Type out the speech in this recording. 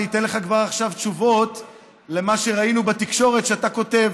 אני אתן לך כבר עכשיו תשובות על מה שראינו בתקשורת שאתה כותב.